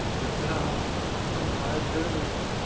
but now i die eternally.